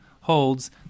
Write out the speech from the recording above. holds